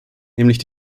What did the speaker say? nämlich